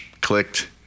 clicked